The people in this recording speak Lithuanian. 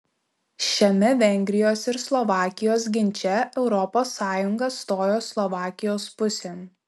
šiame vengrijos ir slovakijos ginče europos sąjunga stojo slovakijos pusėn